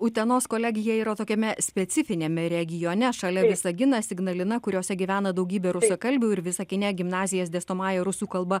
utenos kolegija yra tokiame specifiniame regione šalia visaginas ignalina kuriose gyvena daugybė rusakalbių ir visagine gimnazijas dėstomąja rusų kalba